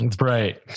Right